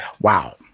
Wow